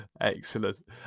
Excellent